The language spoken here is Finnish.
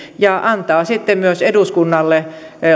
ja antaa sitten myös eduskunnalle